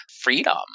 Freedom